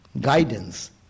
guidance